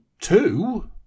two